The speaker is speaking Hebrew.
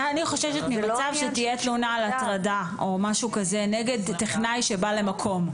אני חוששת ממצב שתהיה תלונה על הטרדה או משהו כזה נגד טכנאי שבא למקום,